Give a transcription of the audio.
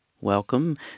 Welcome